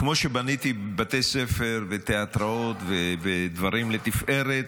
-- וכמו שבניתי בתי ספר ותיאטראות ודברים לתפארת,